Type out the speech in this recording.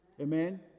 amen